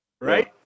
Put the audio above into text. right